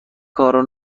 کارو